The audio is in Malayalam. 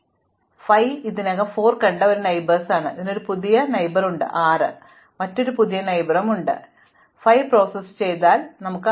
അതിനാൽ നിങ്ങൾ 5 നോക്കുക ഇപ്പോൾ 5 ന് ഞങ്ങൾ ഇതിനകം 4 കണ്ട ഒരു അയൽവാസിയുണ്ട് പക്ഷേ ഇതിന് ഒരു പുതിയ അയൽക്കാരൻ 6 ഉം മറ്റ് പുതിയ അയൽക്കാരും 7 ഉണ്ട് അതിനാൽ ഞാൻ 5 പ്രോസസ്സ് ചെയ്താൽ എനിക്ക് 6 ഉം 7 ഉം ലഭിക്കും